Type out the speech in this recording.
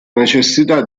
necessità